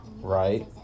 right